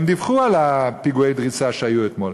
הם דיווחו על פיגועי הדריסה שהיו אתמול,